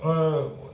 err